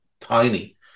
tiny